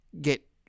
get